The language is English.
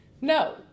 No